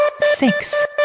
six